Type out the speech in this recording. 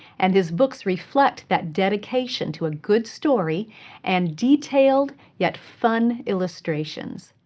and his books reflect that dedication to a good story and detailed yet fun illustrations.